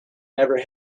never